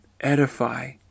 edify